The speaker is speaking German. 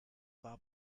war